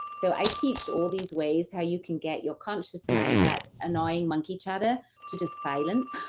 so, i teach all these ways, how you can get your conscious mind, that annoying monkey chatter to just silence,